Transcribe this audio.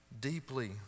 deeply